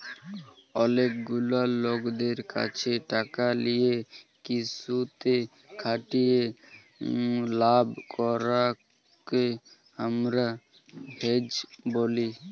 অলেক গুলা লকদের ক্যাছে টাকা লিয়ে কিসুতে খাটিয়ে লাভ করাককে হামরা হেজ ব্যলি